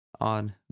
on